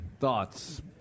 thoughts